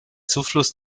zufluss